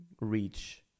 Reach